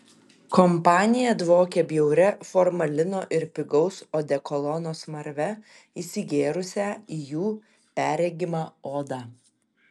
kompanija dvokė bjauria formalino ir pigaus odekolono smarve įsigėrusią į jų perregimą odą